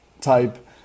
type